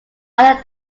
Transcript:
other